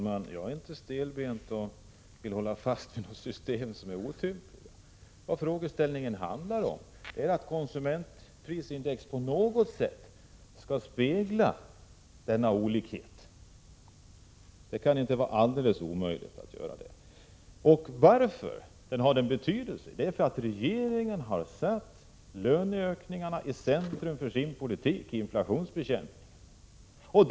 Herr talman! Jag är inte stelbent och jag vill inte hålla fast vid något system som är otympligt. Frågeställningen handlar om att konsumentprisindex på något sätt skall spegla denna olikhet. Det kan inte vara helt omöjligt att göra det. Detta har betydelse därför att regeringen har satt löneökningarna och inflationsbekämpningen i centrum för sin politik.